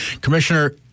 Commissioner